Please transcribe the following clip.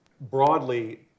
Broadly